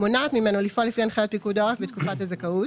מונעת ממנו לפעול לפי הנחיות פיקוד העורף בתקופת הזכאות,